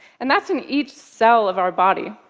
and that's in each cell of our body.